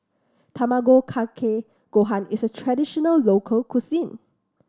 Tamago Kake Gohan is a traditional local cuisine